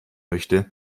möchte